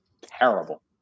terrible